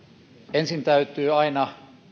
ensin täytyy aina